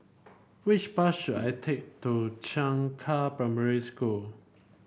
which bus should I take to Changka Primary School